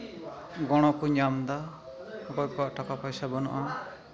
ᱜᱚᱲᱚ ᱠᱚ ᱧᱟᱢᱫᱟ ᱚᱠᱚᱭ ᱠᱚᱣᱟᱜ ᱴᱟᱠᱟ ᱯᱚᱭᱥᱟ ᱵᱟᱹᱱᱩᱜᱼᱟ